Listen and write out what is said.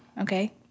Okay